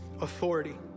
authority